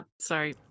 sorry